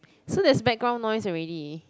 so there's background noise already